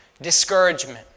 Discouragement